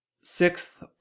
sixth